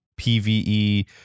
PvE